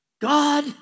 God